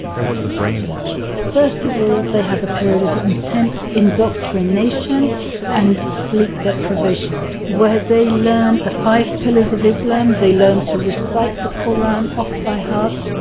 there was the brainwashing first of all, they have a period of intense indoctrination and sleep deprivation, where they learn the five pillars of islam. they learn to recite the quran off by heart.